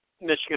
Michigan